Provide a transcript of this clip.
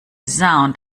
sound